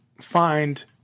find